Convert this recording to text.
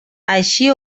així